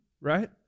right